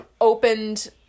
opened